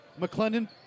McClendon